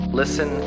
listen